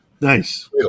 Nice